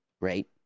right